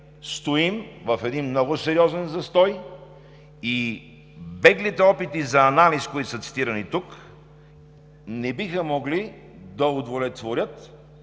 стоим в един много сериозен застой и беглите опити за анализ, които са цитирани тук, не биха могли да удовлетворят